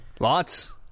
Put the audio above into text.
Lots